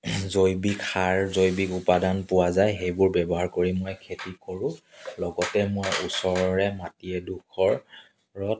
জৈৱিক সাৰ জৈৱিক উপাদান পোৱা যায় সেইবোৰ ব্যৱহাৰ কৰি মই খেতি কৰোঁ লগতে মই ওচৰৰে মাটি এডোখৰত